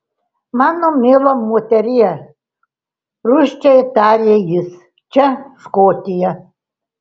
mano miela moterie rūsčiai tarė jis čia škotija